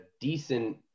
decent